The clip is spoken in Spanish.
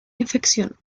infección